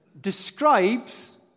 describes